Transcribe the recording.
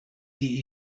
die